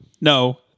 No